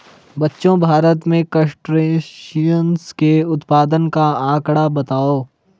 बच्चों भारत में क्रस्टेशियंस के उत्पादन का आंकड़ा बताओ?